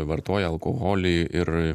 vartoja alkoholį ir